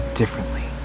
differently